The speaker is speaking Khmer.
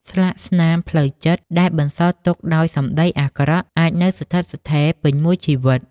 ស្លាកស្នាមផ្លូវចិត្តដែលបន្សល់ទុកដោយសម្ដីអាក្រក់ អាចនៅស្ថិតស្ថេរពេញមួយជីវិត។